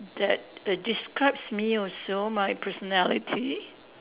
that err describes me also my personality